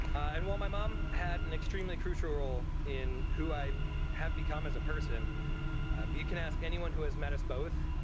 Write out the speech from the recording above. and while my mom had an extremely crucial role in who i have become as a person you can ask anyone who has met us both.